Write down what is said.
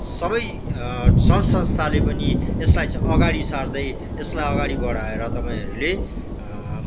सबै सङ्घ संस्थाले पनि यसलाई चाहिँ अगाडि सार्दै यसलाई अगाडि बढाएर तपाईँँहरूले